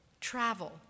travel